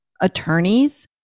attorneys